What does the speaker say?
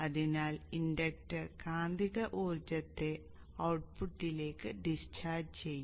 അതിനാൽ ഇൻഡക്റ്റർ കാന്തിക ഊർജ്ജത്തെ ഔട്ട്പുട്ടിലേക്ക് ഡിസ്ചാർജ് ചെയ്യും